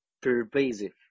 pervasive